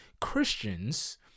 Christians